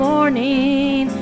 morning